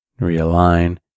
realign